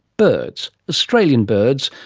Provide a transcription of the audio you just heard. birds, australian birds,